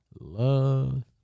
Love